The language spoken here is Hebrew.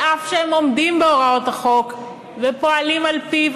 על אף שהם עומדים בהוראות החוק ופועלים על-פיו,